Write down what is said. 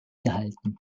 gehalten